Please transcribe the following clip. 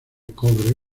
cobre